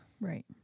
Right